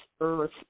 earth